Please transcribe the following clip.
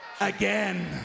again